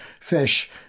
fish